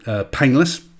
painless